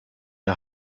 der